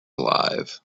alive